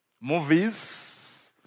Movies